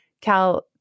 Cal